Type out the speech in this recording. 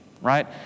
right